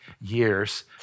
years